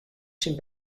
syn